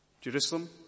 Jerusalem